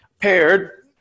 paired